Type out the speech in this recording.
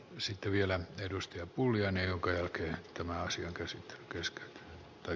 silti vielä edusti apulian jonka jälkeen tämä asiakas sitä mieltä